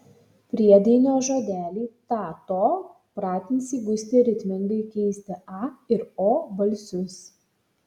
priedainio žodeliai ta to pratins įgusti ritmingai keisti a ir o balsius